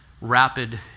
Rapid